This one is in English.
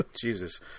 Jesus